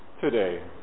today